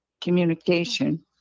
communication